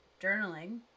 Journaling